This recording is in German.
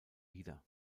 wieder